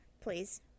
Please